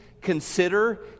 consider